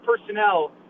personnel